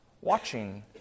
watching